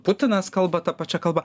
putinas kalba ta pačia kalba